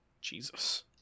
Jesus